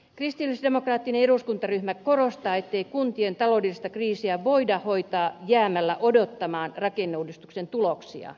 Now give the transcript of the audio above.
kristillisdemokraattinen eduskuntaryhmä korostaa ettei kuntien taloudellista kriisiä voida hoitaa jäämällä odottamaan rakenneuudistuksen tuloksia